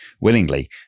willingly